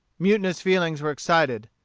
mutinous feelings were excited.